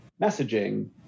messaging